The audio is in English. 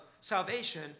salvation